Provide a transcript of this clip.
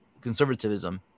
conservatism